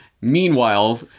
Meanwhile